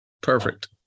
Perfect